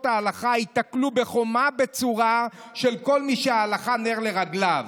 את ההלכה ייתקלו בחומה בצורה של כל מי שההלכה נר לרגליו.